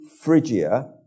Phrygia